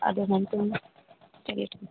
आधे घंटे में चलिए ठीक है